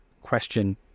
question